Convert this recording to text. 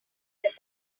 that